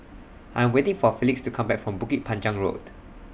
I Am waiting For Felix to Come Back from Bukit Panjang Road